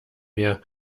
mehr